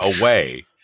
away